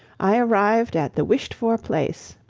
i arrived at the wished-for place,